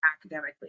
academically